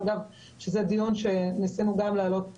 אגב, זה דיון שניסינו להעלות ולתאם,